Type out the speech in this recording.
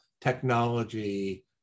technology